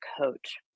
coach